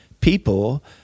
people